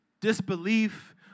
disbelief